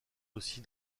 aussi